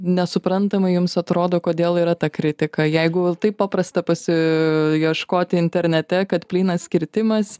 nesuprantamai jums atrodo kodėl yra ta kritika jeigu taip paprasta pasiieškoti internete kad plynas kirtimas